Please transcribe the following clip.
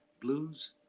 blues